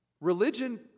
Religion